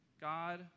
God